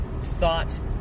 thought